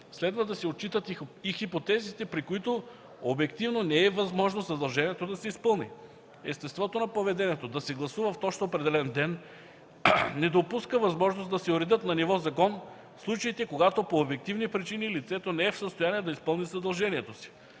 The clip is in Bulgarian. следва да се отчитат и хипотезите, при които обективно не е възможно задължението да се изпълни. Естеството на поведението – да се гласува в точно определен ден, не допуска възможност да се уредят на ниво закон случаите, когато по обективни причини лицето не е в състояние да изпълни задължението си.